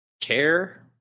care